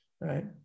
right